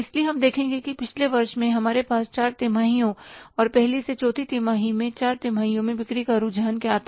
इसलिए हम देखेंगे कि पिछले वर्ष में हमारे पास 4 तिमाहियों और पहली से चौथी तिमाही में 4 तिमाहियों में बिक्री का रुझान क्या था